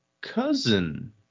cousin